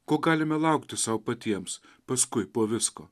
ko galime laukti sau patiems paskui po visko